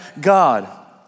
God